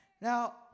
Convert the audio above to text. Now